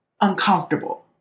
uncomfortable